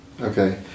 Okay